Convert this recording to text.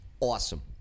Awesome